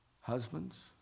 husbands